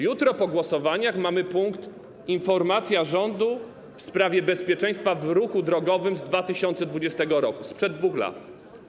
Jutro po głosowaniach mamy punkt obejmujący informację rządu w sprawie bezpieczeństwa w ruchu drogowym z 2020 r., sprzed 2 lat.